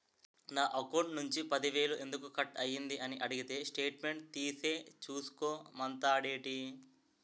నా అకౌంట్ నుంచి పది వేలు ఎందుకు కట్ అయ్యింది అని అడిగితే స్టేట్మెంట్ తీసే చూసుకో మంతండేటి